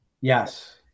Yes